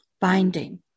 Binding